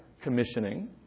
commissioning